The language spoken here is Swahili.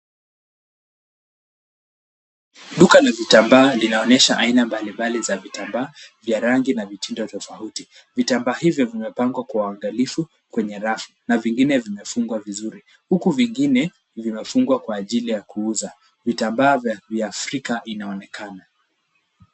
Duka la vitambaa linaonyesha aina mbalimbali za vitambaa vya rangi na vitindo tofauti. Vitambaa hivyo vimepangwa kwa uangalifu kwenye rafu na vingine zimefungwa vizuri huku vingine vimepangwa kwa ajili ya kuuza. Vitambaa vya kiafrika vinaonekana.